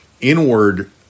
inward